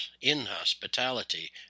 inhospitality